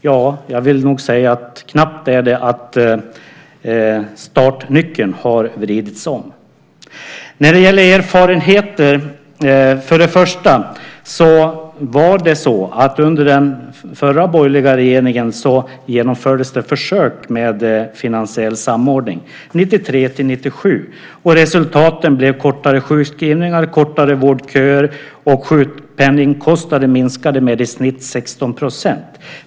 Ja, jag vill nog säga att det är knappt att startnyckeln har vridits om. När det gäller erfarenheter genomfördes det för det första under den borgerliga regeringen försök med finansiell samordning, 1993-1997. Resultaten blev kortare sjukskrivningar, kortare vårdköer och att sjukpenningkostnaden minskade med i snitt 16 %.